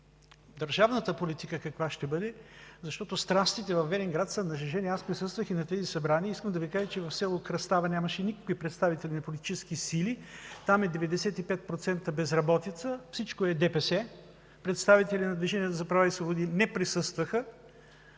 държавната политика, защото страстите във Велинград са нажежени? Аз присъствах на тези събрания и искам да Ви кажа, че в село Кръстава нямаше никакви представители на политически сили. Там е 95% безработица. Всичко е ДПС, представители на Движението за права и свободи не присъстваха.